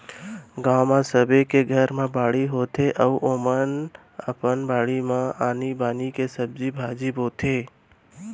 गाँव म सबे के घर म बाड़ी होथे अउ ओमन ह अपन बारी म आनी बानी के सब्जी भाजी बोथे